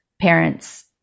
parents